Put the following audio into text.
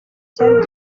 cyari